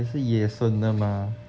也是野生的吗